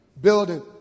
building